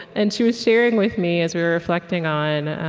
and she was sharing with me, as we were reflecting on